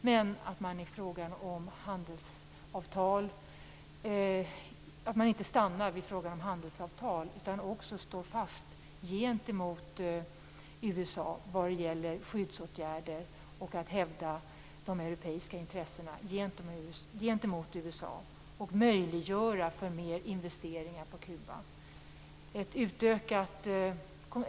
Det är dock viktigt att man inte stannar vid frågan om handelsavtal utan också står fast gentemot USA vad det gäller skyddsåtgärder, att hävda de europeiska intressena gentemot USA och möjliggöra för mer investeringar på Kuba.